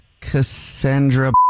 Cassandra